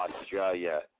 Australia